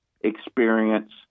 experience